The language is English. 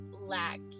lack